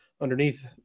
underneath